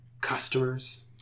customers